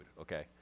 okay